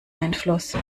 einfluss